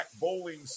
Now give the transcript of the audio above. bowling